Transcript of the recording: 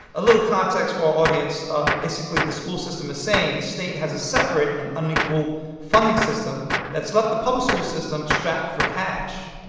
a little context for our audience basically, the school system is saying the state has a separate and unequal funding system that's left the public school system strapped for cash.